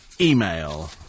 email